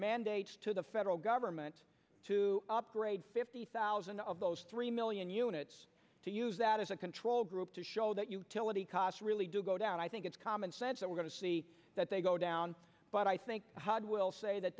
mandates to the federal government to upgrade fifty thousand of those three million units to use that as a control group to show that utility costs really do go down i think it's common sense that we're going to see that they go down but i think howard will say that